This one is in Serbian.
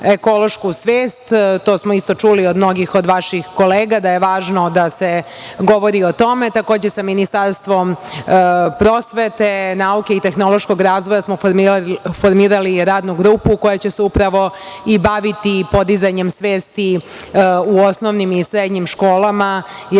ekološku svest. To smo isto čuli od mnogih od vaših kolega da je važno da se govori o tome. Takođe, sa Ministarstvom prosvete, nauke i tehnološkog razvoja smo formirali radnu grupu koja će se upravo baviti podizanjem svesti u osnovnim i srednjim školama,